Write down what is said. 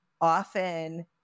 often